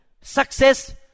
success